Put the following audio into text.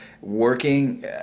Working